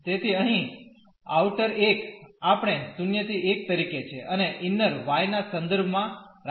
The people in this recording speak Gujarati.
તેથી અહીં આઉટર એક આપણે 0 ¿1 તરીકે છે અને ઇન્નર y ના સંદર્ભમાં રાખીશું